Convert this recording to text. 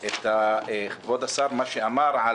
את מה שאמר כבוד השר על